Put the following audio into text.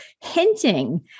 hinting